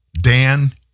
Dan